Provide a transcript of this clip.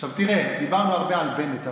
עכשיו, תראה, דיברנו הרבה על בנט.